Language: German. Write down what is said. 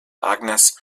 agnes